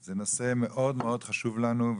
זה נושא מאוד מאוד חשוב לנו,